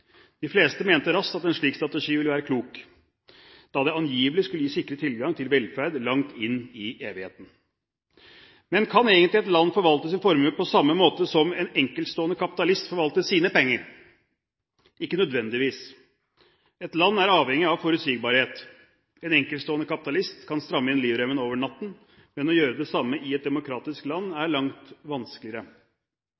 De fleste mente raskt at en slik strategi ville være klok, da det angivelig skulle sikre tilgang til velferd langt inn i evigheten. Men kan egentlig et land forvalte sin formue på samme måte som en enkeltstående kapitalist forvalter sine penger? Ikke nødvendigvis. Et land er avhengig av forutsigbarhet. En enkeltstående kapitalist kan stramme inn livremmen over natten, men å gjøre det samme i et demokratisk land